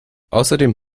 außerdem